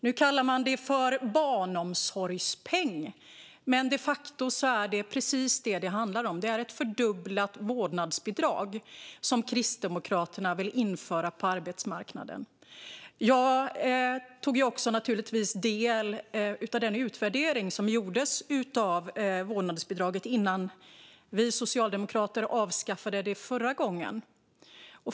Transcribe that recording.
Nu kallar man det för barnomsorgspeng, men de facto är det precis detta det handlar om. Det är ett fördubblat vårdnadsbidrag som Kristdemokraterna vill införa på arbetsmarknaden. Jag tog naturligtvis del av den utvärdering som gjordes av vårdnadsbidraget innan vi socialdemokrater avskaffade det förra gången.